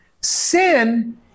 sin